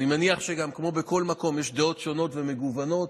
אני מניח שכמו בכל מקום יש דעות שונות ומגוונות,